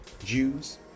Jews